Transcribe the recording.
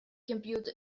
computed